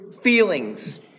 feelings